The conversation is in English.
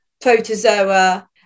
protozoa